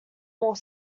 more